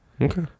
Okay